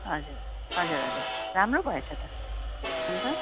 हजुर हजुर हजुर राम्रो भएछ त अन्त